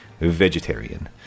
vegetarian